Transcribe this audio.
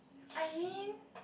I mean